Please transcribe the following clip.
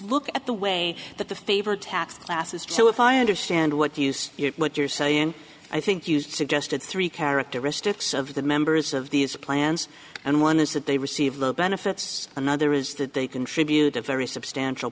look at the way that the favored tax classes too if i understand what you see what you're saying i think used suggested three characteristics of the members of these plans and one is that they receive the benefits another is that they contribute a very substantial